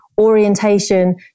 orientation